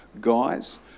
guys